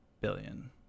billion